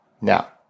Now